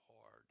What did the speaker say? hard